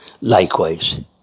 Likewise